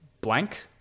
blank